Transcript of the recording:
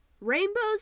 rainbows